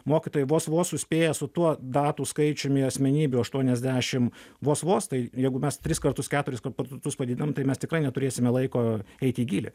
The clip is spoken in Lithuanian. mokytojai vos vos suspėja su tuo datų skaičiumi asmenybių aštuoniasdešim vos vos tai jeigu mes tris kartus keturis kart tus padidinam tai mes tikrai neturėsime laiko eit į gylį